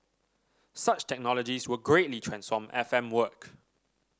such technologies will greatly transform F M work